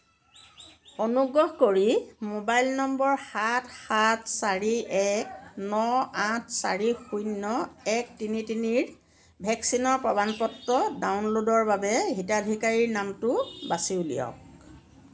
অনুগ্ৰহ কৰি mobile number সাত সাত চাৰি এক ন আঠ চাৰি শূণ্য এক তিনি তিনিৰ ভেকচিনৰ প্ৰমাণ পত্ৰ ডাউনলোডৰ বাবে হিতাধিকাৰীৰ নামটো বাছি উলিয়াওক